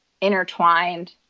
intertwined